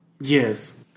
yes